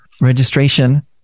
Registration